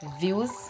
views